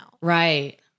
Right